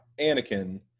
Anakin